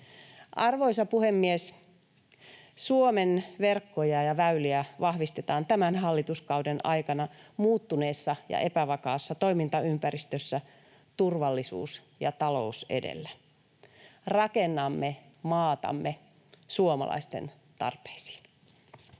Arvoisa puhemies! Suomen verkkoja ja väyliä vahvistetaan tämän hallituskauden aikana muuttuneessa ja epävakaassa toimintaympäristössä turvallisuus ja talous edellä. Rakennamme maatamme suomalaisten tarpeisiin.